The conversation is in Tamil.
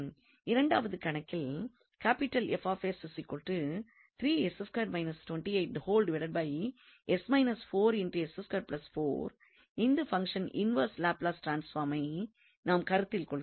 இரண்டாவது கணக்கில் இந்த பங்ஷனின் இன்வெர்ஸ் லாப்லஸ் ட்ரான்ஸ்பார்மை நாம் கருத்தில் கொள்கிறோம்